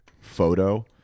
photo